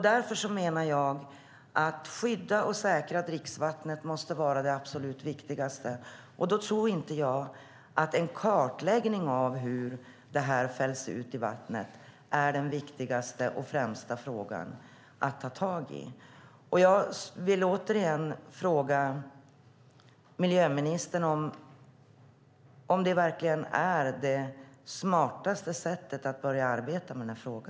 Därför menar jag att det absolut viktigaste måste vara att skydda och säkra dricksvattnet, och då tror inte jag att en kartläggning av hur detta fälls ut i vattnet är den viktigaste och främsta frågan att ta tag i. Jag vill återigen fråga miljöministern om det verkligen är det smartaste sättet att börja arbeta med denna fråga.